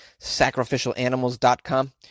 Sacrificialanimals.com